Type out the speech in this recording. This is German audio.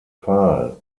pfahl